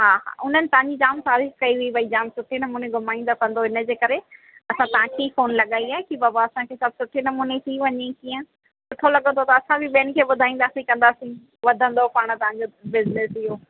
हा हा उन्हनि तव्हांजी जाम तारीफ़ कई हुई भाइ जाम सुठे नमूने घुमाईंदव कंदव इनजे करे असां तव्हांखे ई फोन लॻाई आहे कि बाबा असांखे सभु सुठे नमूने थी वञे जीअं सुठो लॻंदो त असां बि ॿियनि खे ॿुधाईंदासी कंदासी वधंदो पाण तव्हांजो बिज़निस इहो